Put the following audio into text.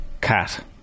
cat